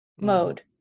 mode